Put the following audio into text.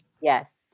yes